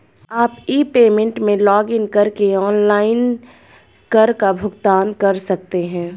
आप e payment में login करके ऑनलाइन कर का भुगतान कर सकते हैं